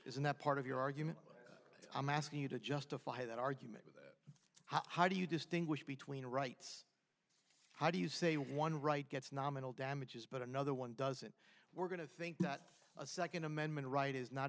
isn't that part of your argument i'm asking you to justify that argument with how do you distinguish between rights how do you say one right gets nominal damages but another one doesn't we're going to think that a second amendment right is not